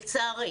לצערי,